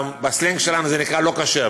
בסלנג שלנו זה נקרא לא כשר,